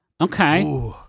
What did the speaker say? Okay